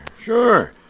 sure